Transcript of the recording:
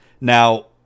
Now